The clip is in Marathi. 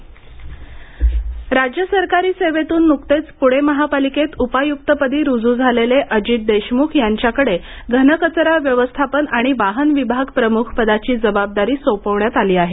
घनकचरा व्यवस्थापन राज्य सरकारी सेवेतून नुकतेच पुणे महापालिकेत उपायुक्तपदी रूजू झालेले अजित देशमुख यांच्याकडे घनकचरा व्यवस्थापन आणि वाहन विभाग प्रमुखपदाची जबाबदारी सोपविण्यात आली आहे